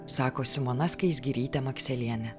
sako simona skaisgirytė makselienė